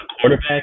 quarterback